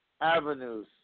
avenues